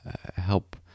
help